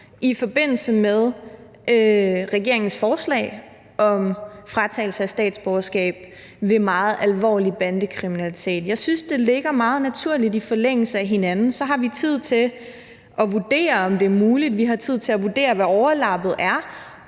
i forbindelse med regeringens forslag om fratagelse af statsborgerskab ved meget alvorlig bandekriminalitet. Jeg synes, det ligger meget naturligt i forlængelse af hinanden. Så har vi tid til at vurdere, om det er muligt, vi har tid til at vurdere, hvad overlappet er,